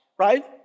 right